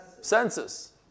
Census